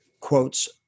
quotes